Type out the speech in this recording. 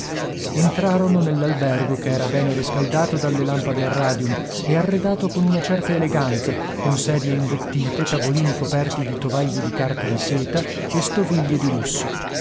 entrarono nell'albergo che era bene riscaldato dalle lampade a radium e arredato con una certa eleganza con sedie imbottite tavolini coperti di tovaglie di carta di seta e stoviglie di lusso